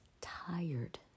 tired